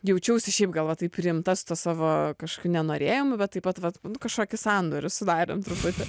jaučiausi šiaip gal vat taip priimta su tuo savo kažkiu nenorėjimu bet taip pat vat kažkokį sandorį sudarėm truputį